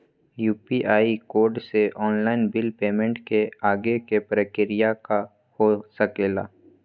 UPI code से online bill payment के आगे के प्रक्रिया का हो सके ला?